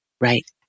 Right